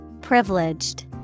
Privileged